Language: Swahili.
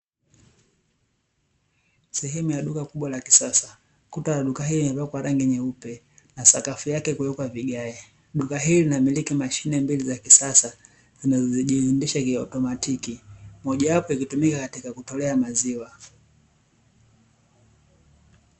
Sehemu ya duka kubwa la kisasa, kuta za duka hili zimepakwa rangi nyeupe na sakafu yake kuwekwa vigae. Duka hili linamiliki mashine mbili za kisasa zinazojiendesha kiautomatiki, mojawapo ikitumika katika kutolea maziwa.